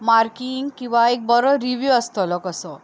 marking किंवा एक बरो रिवीव आसतलो कसो